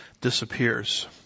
disappears